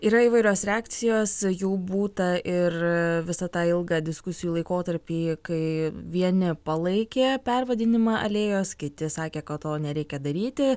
yra įvairios reakcijos jų būta ir visą tą ilgą diskusijų laikotarpį kai vieni palaikė pervadinimą alėjos kiti sakė kad to nereikia daryti